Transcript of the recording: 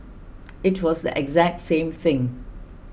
it was the exact same thing